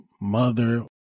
mother